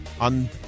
on